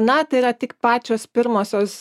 na tai yra tik pačios pirmosios